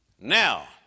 Now